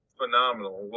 phenomenal